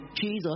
jesus